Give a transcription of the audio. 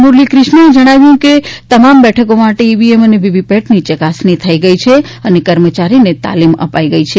મુરલીક્રિષ્નાએ જણાવાયું ફતું કે તમામ બેઠકો માટે ઈવીએમ અને વીવીપેટની ચકાસણી થઈ ગઈ છે અને કર્મચારીને તાલિમ અપાઈ ગઈ છે